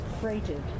freighted